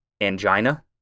angina